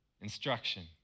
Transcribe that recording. instruction